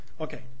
Okay